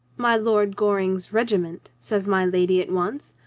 my lord goring's regiment, says my lady at once,